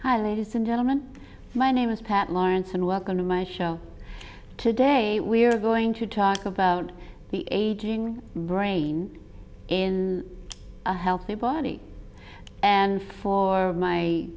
hi ladies and gentlemen my name is pat lawrence and welcome to my show today we're going to talk about the aging brain in a healthy body and for my